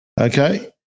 okay